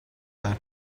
that